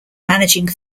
managing